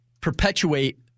perpetuate